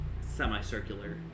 semicircular